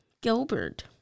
Gilbert